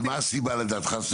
ומה הסיבה לדעתך?